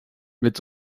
wird